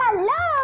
Hello